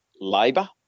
labour